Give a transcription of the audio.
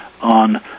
on